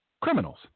Criminals